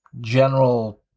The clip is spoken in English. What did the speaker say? general